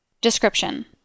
Description